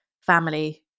family